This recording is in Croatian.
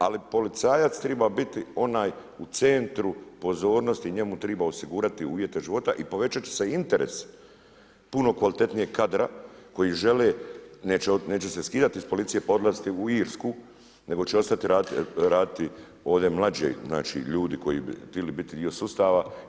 Ali policajac triba biti onaj u centru pozornosti, njemu triba osigurati uvjete života i povećat će se interes puno kvalitetnijeg kadra koji žele, neće se skidat iz policije pa odlaziti u Irsku, nego će ostati raditi ovdje mlađi, znači ljudi koji bi htili biti dio sustava.